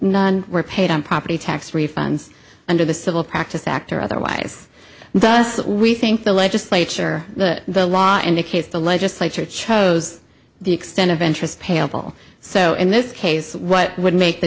none were paid on property tax refunds under the civil practice act or otherwise thus we think the legislature the law indicates the legislature chose the extent of interest payable so in this case what would make the